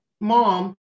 mom